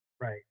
Right